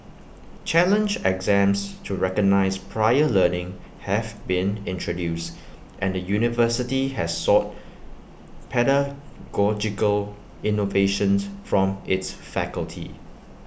challenge exams to recognise prior learning have been introduced and the university has sought pedagogical innovations from its faculty